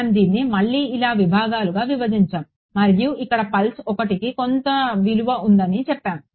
మనం దీన్ని మళ్లీ ఇలా భాగాలుగా విభజించాము మరియు ఇక్కడ పల్స్ 1కి కొంత విలువ ఉందని చెప్పాము